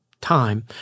time